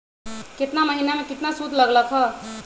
केतना महीना में कितना शुध लग लक ह?